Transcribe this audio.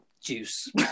juice